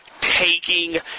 taking